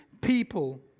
people